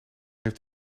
heeft